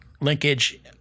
linkage